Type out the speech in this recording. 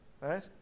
right